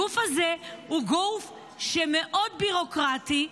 הגוף הזה הוא גוף מאוד ביורוקרטי,